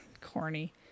Corny